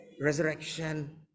Resurrection